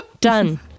done